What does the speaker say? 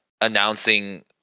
announcing